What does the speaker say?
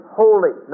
holy